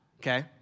okay